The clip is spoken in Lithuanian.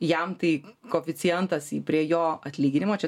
jam tai koeficientas prie jo atlyginimo čia